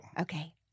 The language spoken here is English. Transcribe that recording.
Okay